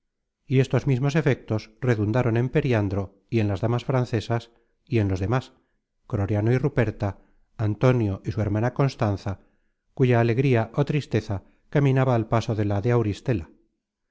y estos mismos efectos redundaron en periandro y en las damas francesas y en los demas croriano y ruperta antonio y su hermana constanza cuya alegría ó tristeza caminaba al paso de la de auristela